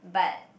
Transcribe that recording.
but